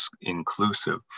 inclusive